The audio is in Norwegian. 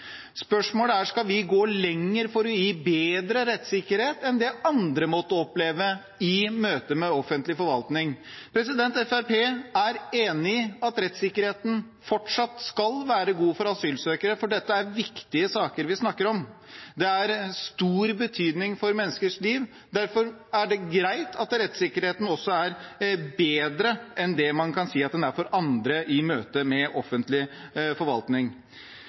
Spørsmålet er: Skal vi gå lenger for å gi bedre rettssikkerhet enn det andre måtte oppleve i møtet med offentlig forvaltning? Fremskrittspartiet er enig i at rettssikkerheten fortsatt skal være god for asylsøkere, for det er viktige saker vi snakker om. Det har stor betydning for menneskers liv, derfor er det greit at rettssikkerheten også er bedre enn det man kan si at den er for andre i møtet med offentlig forvaltning.